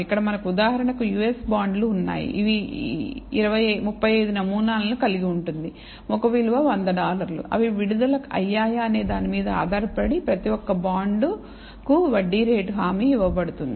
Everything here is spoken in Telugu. ఇక్కడ మనకు ఉదాహరణ కు US బాండ్లు ఉన్నాయి ఇది 35 నమూనాలను కలిగి ఉంటుంది ముఖ విలువ 100 డాలర్లు అవి విడుదల అయ్యాయా అనే దానిమీద ఆధారపడి ప్రతి ఒక్క బాండ్ కు వడ్డీ రేటు హామీ ఇవ్వబడుతుంది